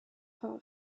who